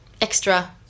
extra